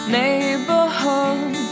neighborhood